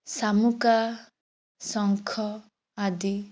ଶାମୁକା ଶଙ୍ଖ ଆଦି